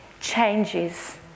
changes